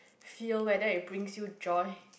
feel whether it brings you joy